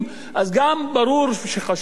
אז ברור שחשוב שגם כאן,